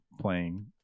playing